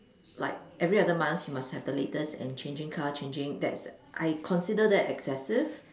like every other month you must have the latest and changing car changing that's I consider that excessive